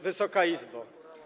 Wysoka Izbo!